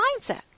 mindset